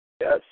Yes